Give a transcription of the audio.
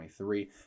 2023